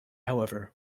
however